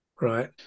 right